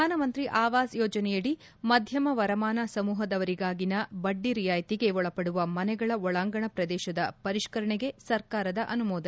ಪ್ರಧಾನಮಂತ್ರಿ ಅವಾಸ್ ಯೋಜನೆಯಡಿ ಮಧ್ಯಮ ವರಮಾನ ಸಮೂಹದವರಿಗಾಗಿನ ಬಡ್ಡಿ ರಿಯಾಯಿತಿಗೆ ಒಳಪಡುವ ಮನೆಗಳ ಒಳಾಂಗಣ ಪ್ರದೇಶದ ಪರಿಷ್ತರಣೆಗೆ ಸರ್ಕಾರದ ಅನುಮೋದನೆ